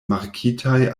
markitaj